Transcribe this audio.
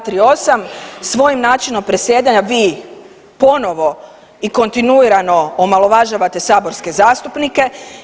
Čl. 238., svojim načinom presjedanja vi ponovo i kontinuirano omalovažavate saborske zastupnike.